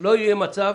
לא יהיה מצב